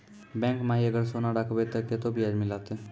Bank माई अगर सोना राखबै ते कतो ब्याज मिलाते?